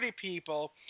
people